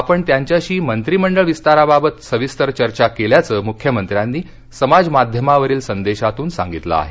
आपण त्यांच्याशी मंत्रीमंडळ विस्ताराबाबत सविस्तर चर्चा केल्याचं मुख्यमंत्र्यांनी समाजमाध्यमावरील संदेशातून सांगितलं आहे